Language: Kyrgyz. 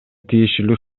тиешелүү